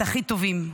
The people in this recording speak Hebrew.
את הכי טובים.